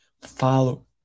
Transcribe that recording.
Follow